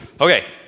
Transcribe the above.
Okay